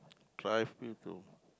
drive you to